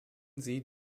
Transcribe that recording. sie